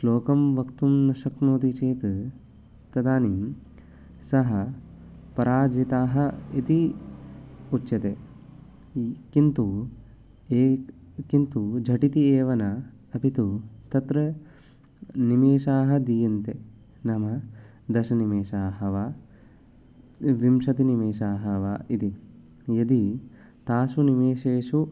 श्लोकं वक्तुं न शक्नोति चेत् तदानीं सः पराजिताः इति उच्यते किन्तु ये किन्तु झटिति एव न अपि तु तत्र निमेषाः दीयन्ते नाम दशनिमेषाः वा विंशतिः निमेषाःवा इति यदि तासु निमेषेषु